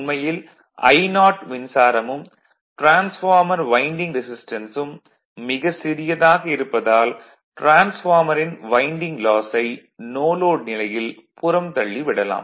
உண்மையில் I0 மின்சாரமும் transformer winding resistance ம் மிக சிறியதாக இருப்பதால் டிரான்ஸ்பார்மரின் வைண்டிங் லாஸ் ஐ நோ லோட் நிலையில் புறந்தள்ளி விடலாம்